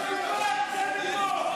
תומך טרור מנוול.